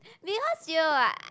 because year what